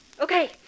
Okay